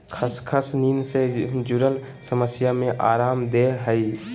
खसखस नींद से जुरल समस्या में अराम देय हइ